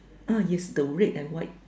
ah yes the red and white